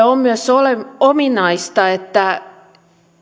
on myös ominaista että